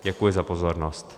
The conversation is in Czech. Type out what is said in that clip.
Děkuji za pozornost.